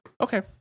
Okay